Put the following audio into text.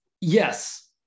yes